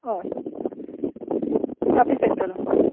हय काफे सँट्रलांत